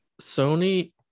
Sony